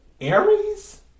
aries